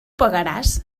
pagaràs